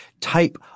type